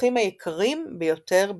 הפרחים היקרים ביותר בנמצא.